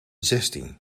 zestien